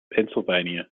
pennsylvania